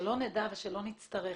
שלא נדע ושלא נצטרך,